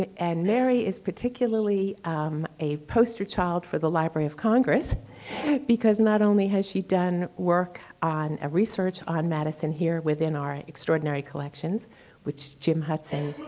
ah and mary is particularly um a poster child for the library of congress because not only has she done work on a research on madison here within our extraordinary collections which jim hutson,